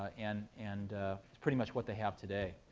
ah and and it's pretty much what they have today.